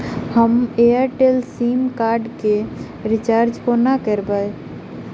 हम Airtel sim card केँ recharge कोना करबै?